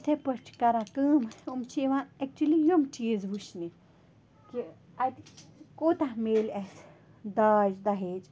یِتھے پٲٹھۍ چھِ کران کٲم یِم چھِ یِوان ایٚکچُؤلی یِم چیٖز وُچھنہِ کہِ اَتہِ کوٗتاہ میٚلہِ اَسہِ داج دَہیج